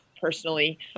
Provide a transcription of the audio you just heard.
personally